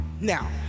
Now